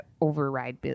override